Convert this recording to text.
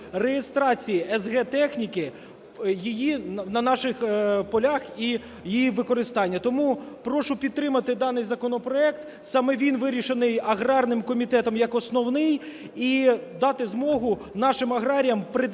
реєстрації с/г техніки на наших полях і її використання. Тому прошу підтримати даний законопроект, саме він вирішений аграрним комітетом як основний, і дати змогу нашим аграріям